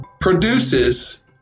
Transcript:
produces